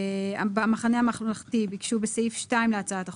במחנה הממלכתי ביקשו בסעיף 2 להצעת החוק,